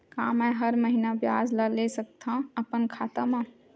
का मैं हर महीना ब्याज ला ले सकथव अपन खाता मा?